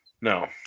No